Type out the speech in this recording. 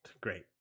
Great